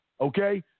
okay